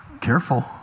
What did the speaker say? Careful